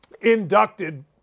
inducted